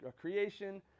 creation